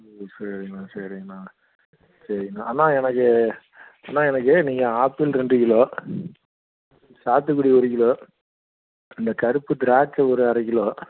சரிங்கண்ணா சரிங்கண்ணா சரிங்கண்ணா அண்ணா எனக்கு அண்ணா எனக்கு நீங்கள் ஆப்பிள் ரெண்டு கிலோ சாத்துக்குடி ஒரு கிலோ இந்த கருப்புத் திராட்சை ஒரு அரை கிலோ